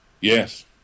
Yes